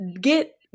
get